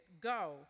go